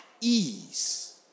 ease